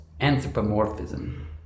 anthropomorphism